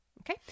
Okay